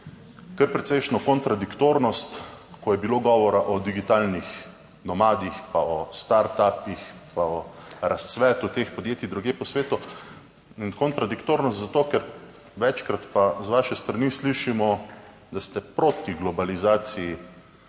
kar precejšnjo kontradiktornost, ko je bilo govora o digitalnih nomadih, pa o startupih, pa o razcvetu teh podjetij drugje po svetu. In kontradiktorno zato, ker večkrat pa z vaše strani slišimo, da ste proti globalizaciji,